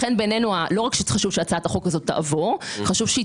לכן בעינינו לא רק שחשוב שהצעת החוק תעבור אלא חשוב שהיא